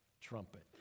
trumpet